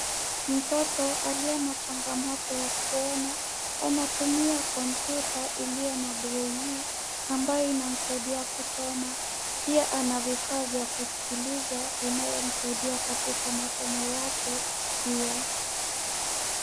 Mtoto aliye na changamoto ya kuona anatumia kompyuta iliyo na braille inayomsaidia kusoma. Pia ana vifaa vya kusikiliza inayomsaidia katika masomo yake pia.